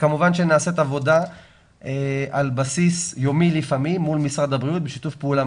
כמובן שנעשית עבודה על בסיס יומי לפעמים מול משרד הבריאות בשיתוף פעולה